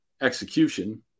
execution